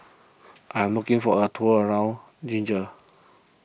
I am looking for a tour around Niger